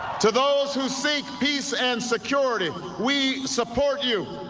to those who seek peace and security we support you